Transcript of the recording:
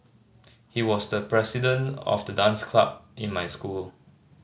he was the president of the dance club in my school